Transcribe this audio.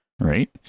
Right